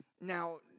Now